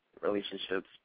relationships